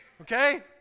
okay